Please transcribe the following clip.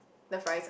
the fries